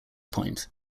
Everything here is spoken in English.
point